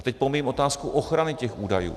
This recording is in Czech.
A teď pomíjím otázku ochrany těch údajů.